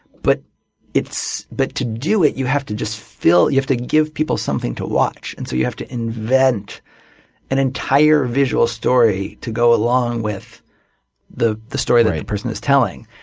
but but to do it you have to just fill you have to give people something to watch. and so you have to invent an entire visual story to go along with the the story that the person is telling.